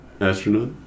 astronaut